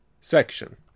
Section